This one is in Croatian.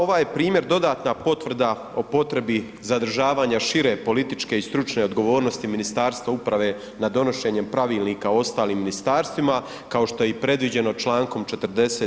Ovaj primjer je dodatna potvrda o potrebi zadržavanja šire političke i stručne odgovornosti Ministarstva uprave na donošenjem pravilnika ostalim ministarstvima kao što je i predviđeno člankom 40.